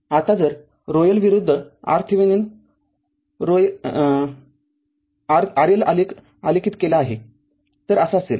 आताजर p L विरुद्ध RThevenin RL आलेख आलेखित केला तर असा असेल